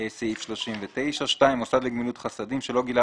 סעיף 39. מוסד לגמילות חסדים שלא גילה